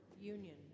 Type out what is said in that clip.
union